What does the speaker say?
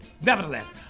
nevertheless